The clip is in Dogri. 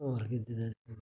होर फ्ही कुदें